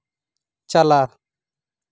ᱪᱟᱞᱟᱜ